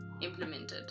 Implemented